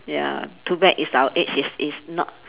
ya too bad it's our age it's it's not